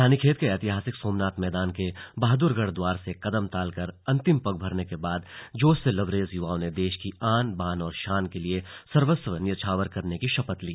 रानीखेत के ऐतिहासिक सोमनाथ मैदान के बहाद्र गढ़ द्वार से कदम ताल कर अंतिम पग भरने के बाद जोश से लबरेज युवाओं ने देश की आन बान और शान के लिए सर्वस्व न्योछावर करने की शपथ ली